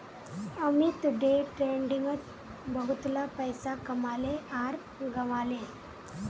Amit day ट्रेडिंगत बहुतला पैसा कमाले आर गंवाले